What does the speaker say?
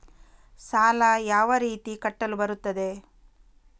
ಸಾಲ ಯಾವ ರೀತಿ ಕಟ್ಟಲು ಬರುತ್ತದೆ?